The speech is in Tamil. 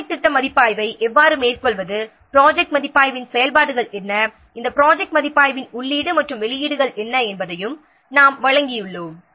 ப்ராஜெக்ட் திட்ட மதிப்பாய்வை எவ்வாறு மேற்கொள்வது ப்ராஜெக்ட் மதிப்பாய்வின் செயல்பாடுகள் என்ன இந்த ப்ராஜெக்ட் மதிப்பாய்வின் உள்ளீடு மற்றும் வெளியீடுகள் என்ன என்பதையும் நாங்கள் வழங்கியுள்ளோம்